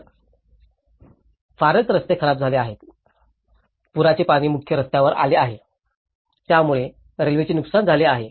तर फारच रस्ते खराब झाले आहेत पुराचे पाणी मुख्य रस्त्यावर आले आहे त्यामुळे रेल्वेचे नुकसान झाले आहे